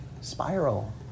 spiral